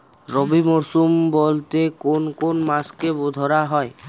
রবি মরশুম বলতে কোন কোন মাসকে ধরা হয়?